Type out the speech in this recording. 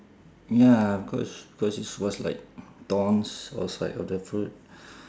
ya cause cause it's all like thorns outside of the fruit